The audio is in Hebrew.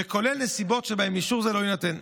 וכולל נסיבות שבהן אישור זה לא יינתן.